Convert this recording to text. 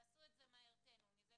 תעשו את זה מהר תיהנו מזה.